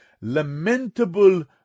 lamentable